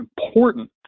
important